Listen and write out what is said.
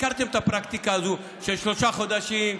הכרתם את הפרקטיקה הזו של שלושה חודשים,